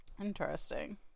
Interesting